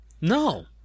No